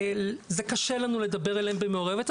זה קשה לנו לדבר אליהם במעורבות,